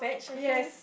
yes